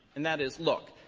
and that is, look,